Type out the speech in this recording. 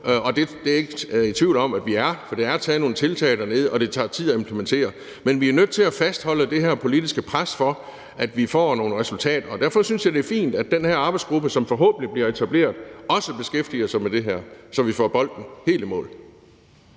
og det er jeg ikke i tvivl om at vi er, for der er taget nogle tiltag dernede, og det tager tid at implementere dem, men vi er nødt til at fastholde det her politiske pres for, at vi får nogle resultater. Derfor synes jeg, det er fint, at den her arbejdsgruppe, som forhåbentlig bliver etableret, også beskæftiger sig med det her, så vi får bolden helt i mål.